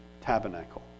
tabernacle